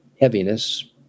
heaviness